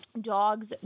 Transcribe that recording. Dogs